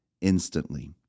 instantly